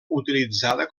utilitzada